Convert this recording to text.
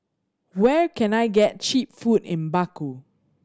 where can I get cheap food in Baku